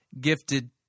gifted